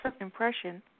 impression